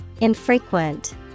Infrequent